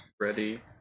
ready